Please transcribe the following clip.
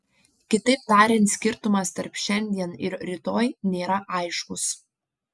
kitaip tariant skirtumas tarp šiandien ir rytoj nėra aiškus